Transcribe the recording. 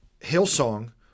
Hillsong